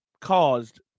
caused